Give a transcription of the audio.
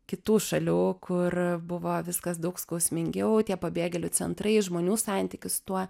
kitų šalių kur buvo viskas daug skausmingiau tie pabėgėlių centrai žmonių santykis su tuo